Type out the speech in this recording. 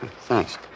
Thanks